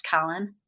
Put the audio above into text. Colin